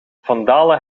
vandalen